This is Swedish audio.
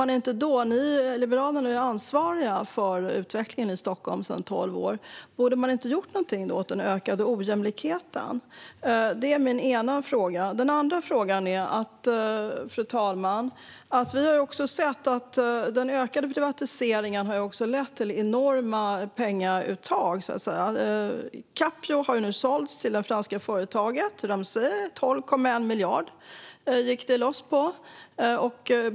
Ni i Liberalerna är ansvariga för utvecklingen i Stockholm sedan tolv år. Borde man inte ha gjort någonting åt den ökade ojämlikheten? Fru talman! Vi har sett att den ökade privatiseringen har lett till enorma pengauttag. Capio har nu sålts till det franska företaget Ramsay. Det gick loss på 12,1 miljarder.